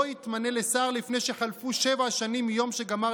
לא יתמנה לשר לפני שחלפו שבע שנים מיום שגמר